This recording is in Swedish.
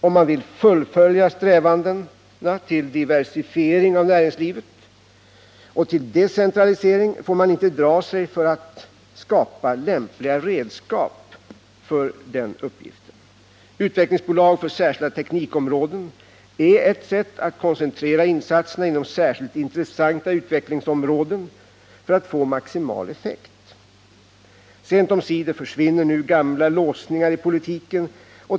Om man vill fullfölja strävandena till diversifiering och decentralisering av näringslivet, får man inte dra sig för att skapa lämpliga redskap för den uppgiften. Utvecklingsbolag för särskilda teknikområden är ett sätt att koncentrera insatserna inom särskilt intressanta utvecklingsområden för att få maximal effekt. Sent omsider försvinner nu gamla låsningar i politiken.